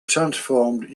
transformed